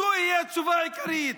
זוהי התשובה העיקרית.